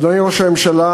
אדוני ראש הממשלה,